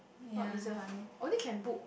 not reserve I mean only can book